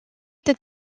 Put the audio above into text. that